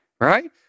right